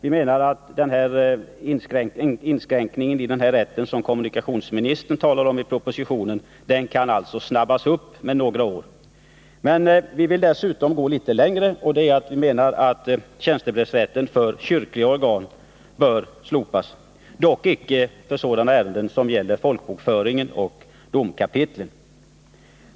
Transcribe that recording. Vi menar att den inskränkning i tjänstebrevsrätten som kommunikationsministern talar om i propositionen kan snabbas på med några år. Men vi vill dessutom gå litet längre. Vi menar att tjänstebrevsrätten för kyrkliga organ bör slopas, dock icke för sådana ärenden som gäller folkbokföringen och domkapitlen.